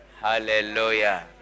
Hallelujah